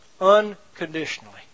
unconditionally